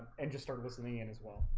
and just start listening in as well.